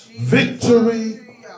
Victory